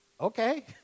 okay